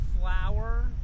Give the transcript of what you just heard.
flower